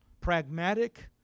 pragmatic